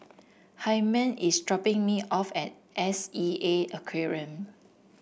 Hymen is dropping me off at S E A Aquarium